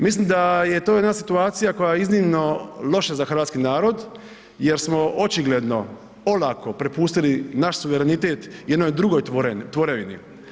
Mislim da je to jedna situacija koja je iznimno loša za hrvatski narod jer smo očigledno olako prepustili naš suverenitet jednoj drugoj tvorevini.